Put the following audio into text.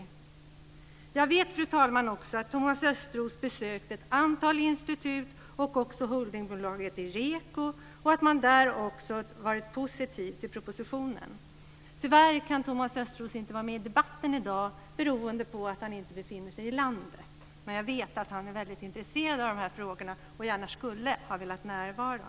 Jag vet också att Thomas Östros har besökt ett antal institut och även holdingbolaget IRECO och att man där också har varit positiv till propositionen. Tyvärr kan Thomas Östros inte vara med i debatten i dag beroende på att han inte befinner sig i landet. Men jag vet att han är väldigt intresserad av dessa frågor och gärna skulle ha velat närvara.